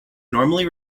normally